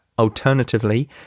Alternatively